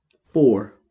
Four